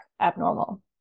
abnormal